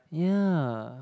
ya